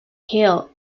hill